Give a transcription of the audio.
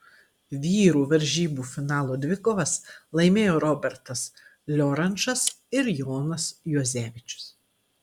vyrų varžybų finalo dvikovas laimėjo robertas liorančas ir jonas juozevičius